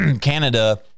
Canada